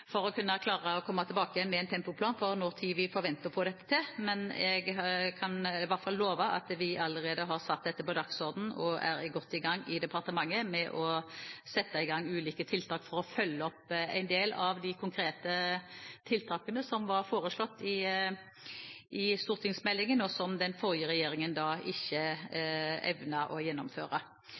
for å kunne klare å komme tilbake med en tempoplan for når vi forventer å få dette til. Men jeg kan i hvert fall love at vi allerede har satt dette på dagsordenen og er godt i gang i departementet med å sette i gang ulike tiltak for å følge opp en del av de konkrete tiltakene som var foreslått i stortingsmeldingen, og som den forrige regjeringen ikke evnet å gjennomføre.